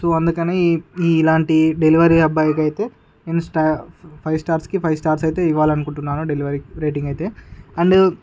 so అందుకని ఈ ఇలాంటి డెలివరీ అబ్బాయి కయితే నేను ఫైవ్ స్టార్స్ కి ఫైవ్ స్టార్ ఇవ్వాలనుకుంటున్నాను డెలివరీ రేటింగ్ అయితే అండ్